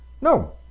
No